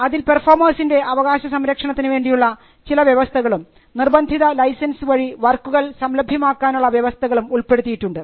അതിൽ പെർഫോമേഴ്സിൻറെ അവകാശ സംരക്ഷണത്തിനു വേണ്ടിയുള്ള ചില വ്യവസ്ഥകളും നിർബന്ധിത ലൈസൻസ് വഴി വർക്കുകൾ ലഭ്യമാക്കാനുള്ള വ്യവസ്ഥകളും ഉൾപ്പെടുത്തിയിട്ടുണ്ട്